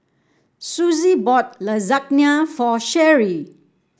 Suzie bought Lasagna for Sheree